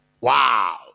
Wow